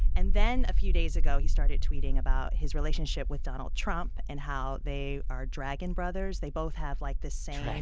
and then a few days ago, he started tweeting about his relationship with donald trump and how they are dragon brothers. they both have, like, the same.